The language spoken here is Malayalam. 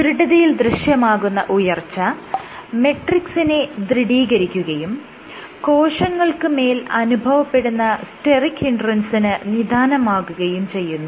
ദൃഢതയിൽ ദൃശ്യമാകുന്ന ഉയർച്ച മെട്രിക്സിനെ ദൃഢീകരിക്കുകയും കോശങ്ങൾക്ക് മേൽ അനുഭവപ്പെടുന്ന സ്റ്റെറിക് ഹിൻഡ്രൻസിന് നിദാനമാകുകയും ചെയ്യുന്നു